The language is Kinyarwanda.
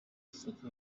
africa